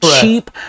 cheap